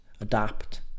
adapt